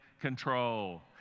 control